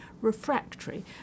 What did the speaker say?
refractory